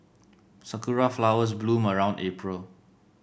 sakura flowers bloom around April